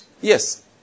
Yes